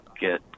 get